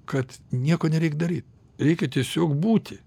kad nieko nereik daryt reikia tiesiog būti